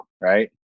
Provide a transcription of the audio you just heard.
right